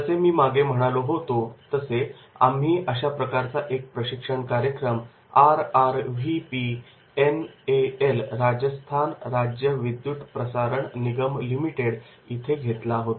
जसे मी मागे म्हणालो होतो आम्ही अशा प्रकारचा एक प्रशिक्षण कार्यक्रम R R V P N A L Rajasthan Rajya Vidyut Prasaran Nigam limited इथे घेतला होता